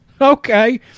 Okay